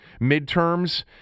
midterms